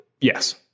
Yes